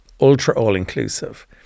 ultra-all-inclusive